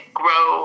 grow